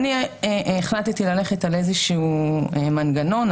החלטתי ללכת על איזשהו מנגנון,